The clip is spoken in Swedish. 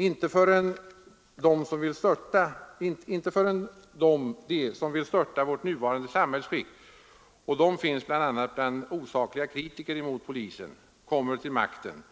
Inte förrän de som vill störta vårt nuvarande samhällsskick — och de finns bl.a. bland osakliga kritiker mot polisen — kommer till makten